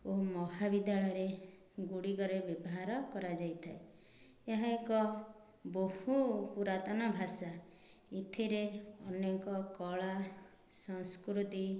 ଓ ମହାବିଦ୍ୟାଳୟରେ ଗୁଡ଼ିକରେ ବ୍ୟବହାର କରାଯାଇଥାଏ ଏହା ଏକ ବହୁ ପୁରାତନ ଭାଷା ଏଥିରେ ଅନେକ କଳା ସଂସ୍କୃତି